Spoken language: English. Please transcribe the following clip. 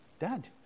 Dad